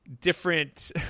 different